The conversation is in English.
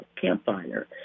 campfire